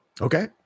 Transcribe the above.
Okay